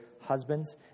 husbands